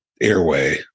airway